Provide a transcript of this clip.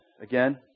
Again